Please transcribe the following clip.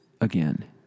again